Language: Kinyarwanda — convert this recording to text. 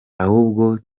ahubwo